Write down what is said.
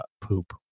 poop